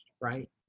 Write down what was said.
right